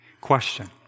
Question